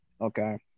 Okay